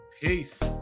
Peace